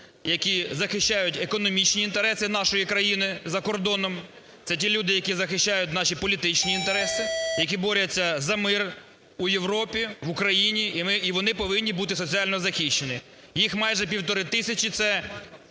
які захищають економічні інтереси нашої країни за кордоном, це ті люди, які захищають наші політичні інтереси, які борються за мир у Європі, в Україні, і вони повинні бути соціально захищені. Їх майже півтори тисячі